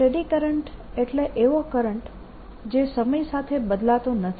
steady current એટલે એવો current જે સમય સાથે બદલાતો નથી